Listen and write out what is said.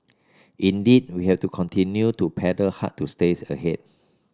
indeed we have to continue to paddle hard to stays ahead